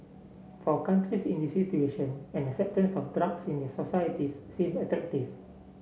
for countries in these situation an acceptance of drugs in their societies seem attractive